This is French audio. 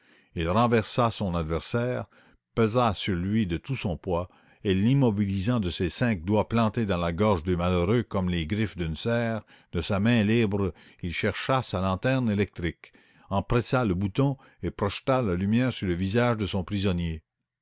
il renversa son adversaire pesa sur lui de tout son poids et l'immobilisant de ses cinq doigts plantés dans la gorge du malheureux comme les griffes d'une serre de sa main libre il chercha sa lanterne électrique en pressa le bouton et projeta la lumière sur le visage de son prisonnier